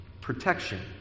protection